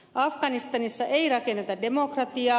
afganistanissa ei rakenneta demokratiaa